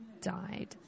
died